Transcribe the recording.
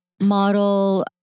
model